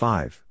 Five